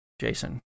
Jason